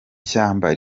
shyamba